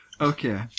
Okay